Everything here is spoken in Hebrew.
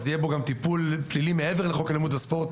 אז יהיה בו גם טיפול פלילי מעבר לחוק אלימות בספורט